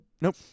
Nope